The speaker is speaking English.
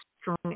strong